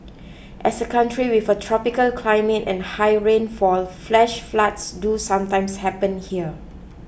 as a country with a tropical climate and high rainfall flash floods do sometimes happen here